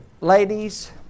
Ladies